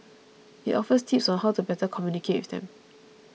it offers tips on how to better communicate with them